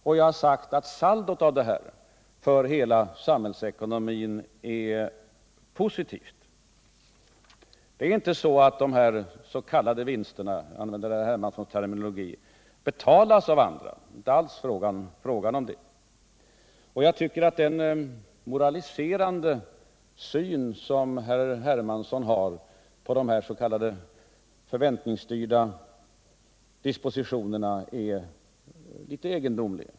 Och jag har sagt att saldot för hela samhällsekonomin är positivt. De s.k. vinsterna — för att använda Herr Hermanssons terminologi — ”betalas” inte av andra. Den moraliserande syn som herr Hermansson har på de s.k. förväntningsstyrda dispositionerna tycker jag är litet egendomlig.